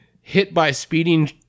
hit-by-speeding